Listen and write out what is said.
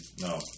No